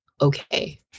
okay